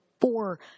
four